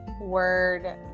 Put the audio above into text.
word